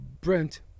Brent